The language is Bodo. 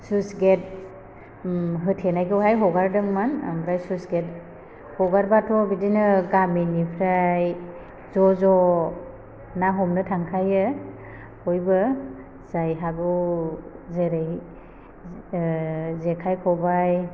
सुइस गेट होथेनायखौहाय हगारदोंमोन आमफ्राय सुइस गेट हगारबाथ' बिदिनो गामिनिफ्राय ज' ज' ना हमनो थांखायो बयबो जाय हागौ जेरै जेखाइ खबाय